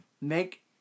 Make